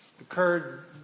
occurred